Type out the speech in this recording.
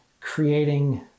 creating